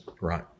Right